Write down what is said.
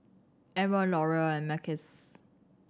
M One Laurier and Mackays